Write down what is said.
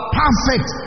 perfect